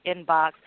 inbox